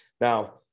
Now